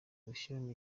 gushyiramo